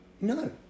No